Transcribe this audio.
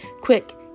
Quick